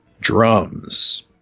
Drums